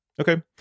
okay